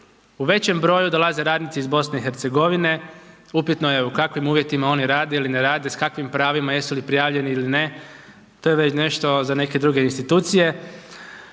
U većem broju dolaze radnici iz BiH, upitno je u kakvim uvjetima oni rade ili ne rade, s kakvim pravima, jesu li prijavljeni ili ne, to je već nešto za neke druge institucije.